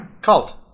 cult